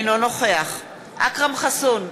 אינו נוכח אכרם חסון,